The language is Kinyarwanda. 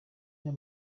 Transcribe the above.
aya